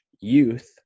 youth